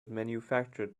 manufactured